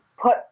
put